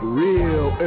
real